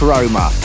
Roma